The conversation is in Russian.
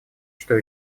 что